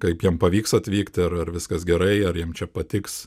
kaip jiem pavyks atvykti ar ar viskas gerai ar jiem čia patiks